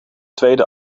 tweede